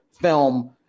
film